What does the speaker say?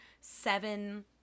seven